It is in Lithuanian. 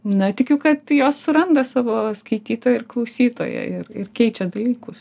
na tikiu kad jos suranda savo skaitytoją ir klausytoją ir ir keičia dalykus